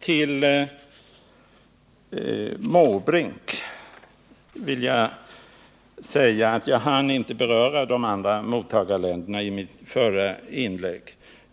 Till Bertil Måbrink vill jag säga att jag inte hann beröra de andra mottagarländerna i mitt förra inlägg.